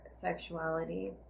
sexuality